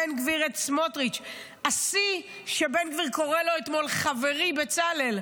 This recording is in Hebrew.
בן גביר את סמוטריץ' השיא היה שבן גביר קורא לו אתמול: חברי בצלאל.